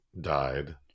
died